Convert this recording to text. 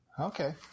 Okay